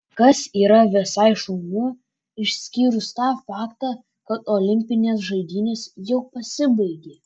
kas yra visai šaunu išskyrus tą faktą kad olimpinės žaidynės jau pasibaigė